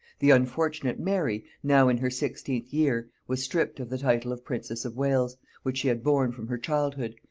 the unfortunate mary, now in her sixteenth year, was stripped of the title of princess of wales, which she had borne from her childhood,